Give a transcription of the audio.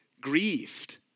grieved